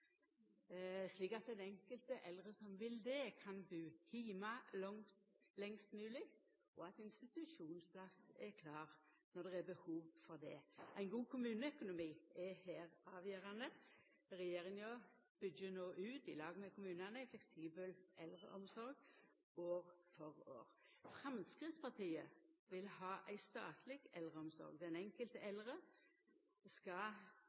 slik at den enkelte eldre som vil det, kan bu heime lengst mogleg, og at institusjonsplass er klar når det er behov for det. Ein god kommuneøkonomi er her avgjerande. Regjeringa byggjer no ut, i lag med kommunane, ei fleksibel eldreomsorg, år for år. Framstegspartiet vil ha ei statleg eldreomsorg. Den enkelte eldre skal